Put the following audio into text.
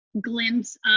glimpse